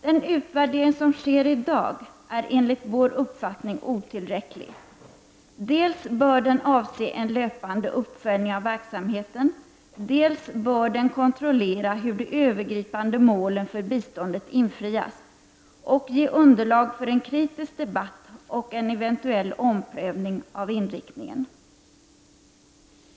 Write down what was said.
Den utvärdering som sker i dag är enligt vår uppfattning otillräcklig; dels bör den avse en löpande uppföljning av verksamheten, dels bör den kontrollera hur de övergripande målen för biståndet infrias och ge underlag för en kritisk debatt och en eventuell omprövning av inriktningen.